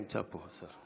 נמצא פה השר.